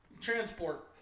Transport